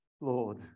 Lord